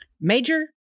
Major